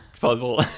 puzzle